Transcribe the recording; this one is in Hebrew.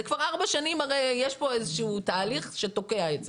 זה כבר ארבע שנים הרי יש פה איזה שהוא תהליך שתוקע את זה.